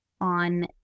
on